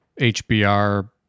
HBR